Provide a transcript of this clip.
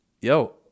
yo